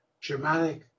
dramatic